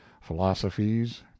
philosophies